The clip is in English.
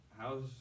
how's